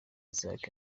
isaac